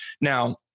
now